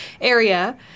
area